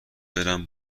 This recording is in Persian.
برم